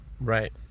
Right